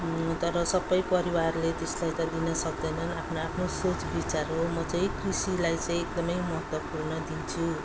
तर सबै परिवारले त्यसलाई त दिन सक्दैनन् आफ्नो आफ्नो सोँच विचार हो म चाहिँ कृषिलाई चाहिँ एकदमै महत्त्वपूर्ण दिन्छु